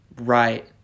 Right